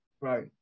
Right